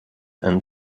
and